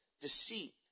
Deceit